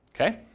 Okay